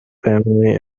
family